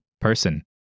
person